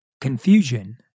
confusion